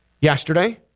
yesterday